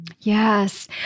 Yes